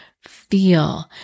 feel